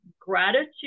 gratitude